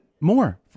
More